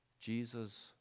Jesus